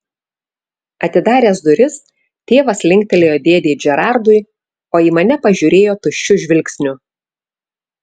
atidaręs duris tėvas linktelėjo dėdei džerardui o į mane pažiūrėjo tuščiu žvilgsniu